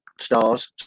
stars